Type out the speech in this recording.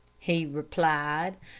he replied,